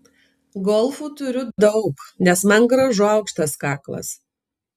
golfų turiu daug nes man gražu aukštas kaklas